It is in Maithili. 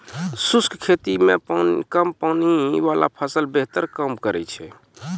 शुष्क खेती मे कम पानी वाला फसल बेहतर काम करै छै